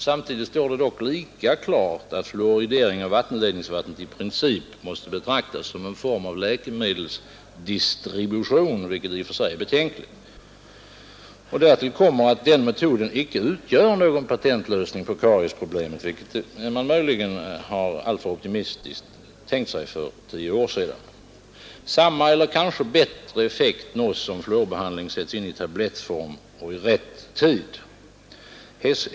Samtidigt står det dock lika klart att fluoridering av vattenledningsvattnet i princip får betraktas som en form av läkemedelsdistribution, vilket i och för sig är betänkligt. Därtill kommer att den metoden icke utgör någon patentlösning på kariesproblemet, vilket man möjligen alltför optimistiskt tänkt sig för tio år sedan. Samma eller kanske bättre effekt nås om fluorbehandling sätts in i tablettform och i rätt tid.